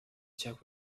czech